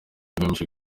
agamije